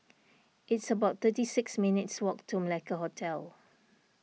it's about thirty six minutes' walk to Malacca Hotel